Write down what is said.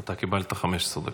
אתה קיבלת 15 דקות.